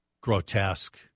Grotesque